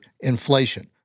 inflation